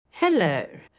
Hello